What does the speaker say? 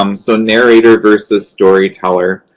um so, narrator versus storyteller.